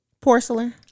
porcelain